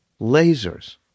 lasers